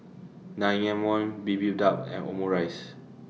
and Omurice